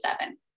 seven